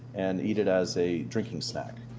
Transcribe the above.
and eaten as a drinking snack